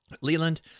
Leland